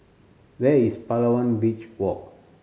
where is Palawan Beach Walk